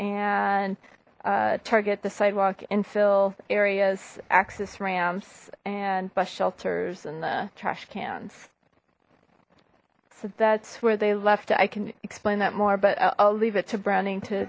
and target the sidewalk infill areas access ramps and bus shelters and the trash cans so that's where they left it i can explain that more but i'll leave it to browning to